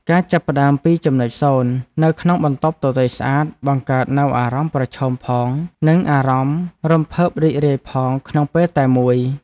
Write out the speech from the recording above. ការចាប់ផ្ដើមពីចំណុចសូន្យនៅក្នុងបន្ទប់ទទេរស្អាតបង្កើតនូវអារម្មណ៍ប្រឈមផងនិងអារម្មណ៍រំភើបរីករាយផងក្នុងពេលតែមួយ។